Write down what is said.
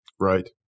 Right